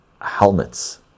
helmets